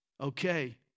okay